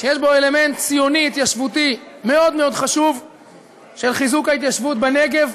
שיש בו אלמנט ציוני התיישבותי מאוד מאוד חשוב של חיזוק ההתיישבות בנגב,